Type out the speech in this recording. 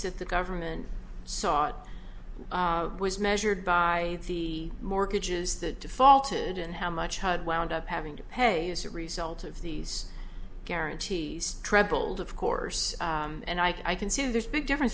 that the government sought was measured by the mortgages that defaulted and how much had wound up having to pay as a result of these guarantees trebled of course and i can see there's a big difference